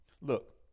Look